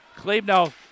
Klebno